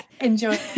Enjoy